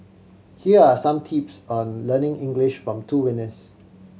here are some tips on learning English from two winners